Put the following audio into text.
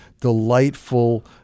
delightful